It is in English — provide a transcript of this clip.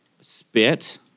Spit